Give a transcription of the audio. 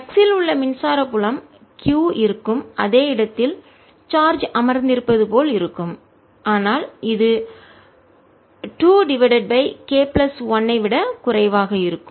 x இல் உள்ள மின்சார புலம் q இருக்கும் அதே இடத்தில் சார்ஜ் அமர்ந்திருப்பது போல் இருக்கும் ஆனால் இது 2 டிவைடட் பை k பிளஸ் 1 ஐ விட குறைவாக இருக்கும்